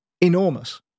enormous